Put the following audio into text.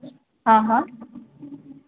हँ हँ